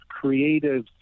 creative